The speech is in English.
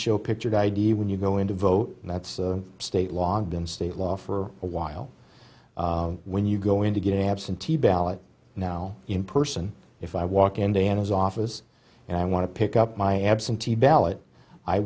show a picture id when you go into vote and that's state logged and state law for a while when you go in to get absentee ballot now in person if i walk in day at his office and i want to pick up my absentee ballot i